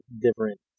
different